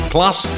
Plus